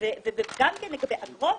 ולגבי אגרות,